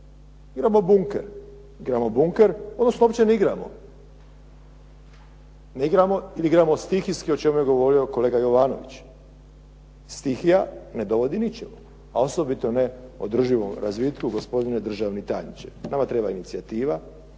Imamo bunker odnosno uopće ne igramo. Ne igramo ili igramo stihijski, o čemu je govorio kolega Jovanović. Stihija ne dovodi ničemu, a osobito ne održivom razvitku, gospodine državni tajniče. Nama treba inicijativa,